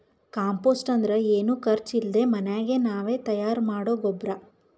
compost ಅಂದ್ರ ಏನು ಖರ್ಚ್ ಇಲ್ದೆ ಮನ್ಯಾಗೆ ನಾವೇ ತಯಾರ್ ಮಾಡೊ ಗೊಬ್ರ